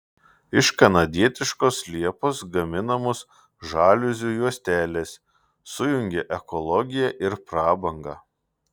iš kanadietiškos liepos gaminamos žaliuzių juostelės sujungia ekologiją ir prabangą